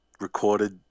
recorded